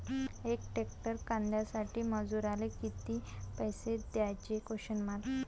यक हेक्टर कांद्यासाठी मजूराले किती पैसे द्याचे?